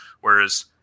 Whereas